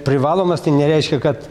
privalomas tai nereiškia kad